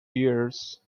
years